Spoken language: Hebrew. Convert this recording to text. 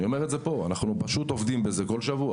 אני אומר את זה פה, אנחנו עובדים בזה כל שבוע.